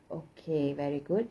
okay very good